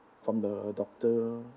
from the doctor